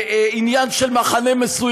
היא לא מלחמה על עניין של מחנה מסוים,